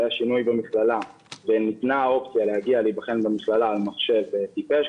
היה שינוי במכללה וניתנה האופציה להגיע להיבחן במכללה על מחשב טיפש,